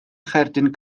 cherdyn